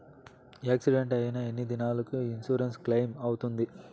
Accident అయిన ఎన్ని దినాలకు ఇన్సూరెన్సు క్లెయిమ్ అవుతుంది?